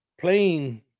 playing